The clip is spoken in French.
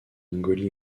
mongolie